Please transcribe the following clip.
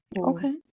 Okay